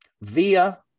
via